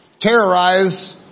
terrorize